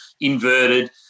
inverted